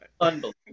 Unbelievable